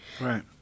Right